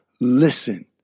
listen